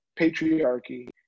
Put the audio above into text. patriarchy